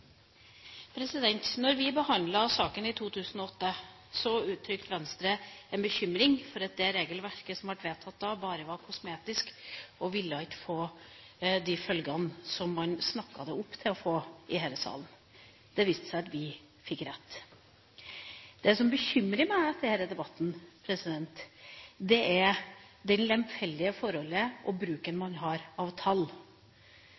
vi behandlet saka i 2008, uttrykte Venstre en bekymring for at det regelverket som ble vedtatt da, bare var kosmetisk og ikke ville få de følgene som man snakket det opp til å få i denne salen. Det viste seg at vi fikk rett. Det som bekymrer meg i denne debatten, er det lemfeldige forholdet man har til bruken